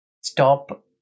Stop